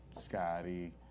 Scotty